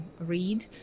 read